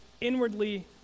inwardly